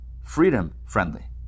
freedom-friendly